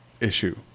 issue